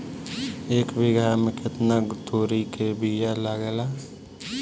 एक बिगहा में केतना तोरी के बिया लागेला?